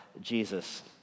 Jesus